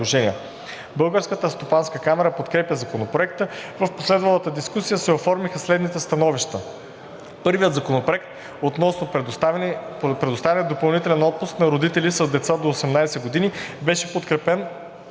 Българската стопанска камара подкрепя Законопроекта. В последвалата дискусия се оформиха следните становища: Първият законопроект, относно предоставяне допълнителен отпуск на родители с деца до 18 години, беше подкрепен